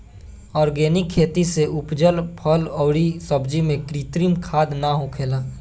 organic खेती से उपजल फल अउरी सब्जी में कृत्रिम खाद ना होखेला